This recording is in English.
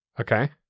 Okay